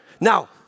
Now